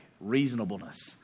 reasonableness